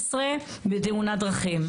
2012 בתאונת דרכים.